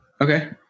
Okay